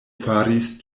faris